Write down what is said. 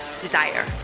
desire